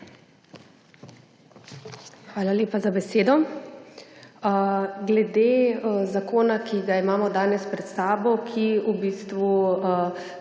Hvala lepa za besedo. Glede zakona, ki ga imamo danes pred sabo, ki predvideva